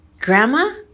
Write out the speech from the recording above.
Grandma